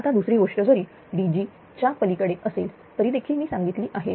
आता दुसरी गोष्ट जरी DG च्या पलीकडे असेल तरीदेखील मी सांगितली आहे